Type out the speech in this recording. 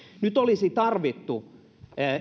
nyt olisi tarvittu